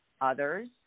others